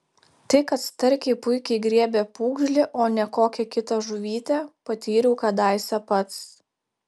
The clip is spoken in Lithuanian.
tai kad starkiai puikiai griebia pūgžlį o ne kokią kitą žuvytę patyriau kadaise pats